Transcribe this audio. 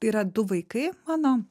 yra du vaikai mano